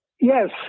Yes